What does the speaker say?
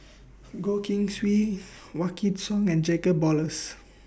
Goh Keng Swee Wykidd Song and Jacob Ballas